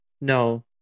No